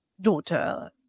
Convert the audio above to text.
daughter